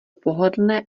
pohodlné